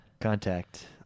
contact